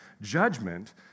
judgment